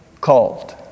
called